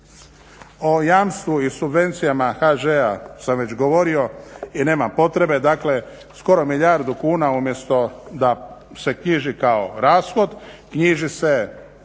O jamstvu i subvencijama HŽ-a sam već govorio i nema potrebe, dakle skoro milijardu kuna umjesto da se knjiži kao rashod, knjiži se